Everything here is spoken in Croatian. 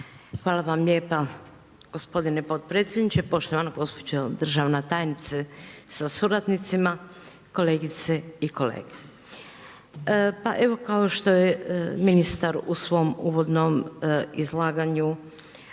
Hvala lijepo gospodine potpredsjedniče, poštovana gospođo državna tajnice sa suradnicima, kolegice i kolege. Kao što je ministar u svom u vodnom izlaganju